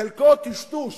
חלקו טשטוש